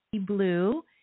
Blue